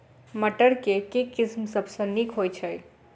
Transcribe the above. मटर केँ के किसिम सबसँ नीक होइ छै?